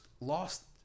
lost –